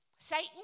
Satan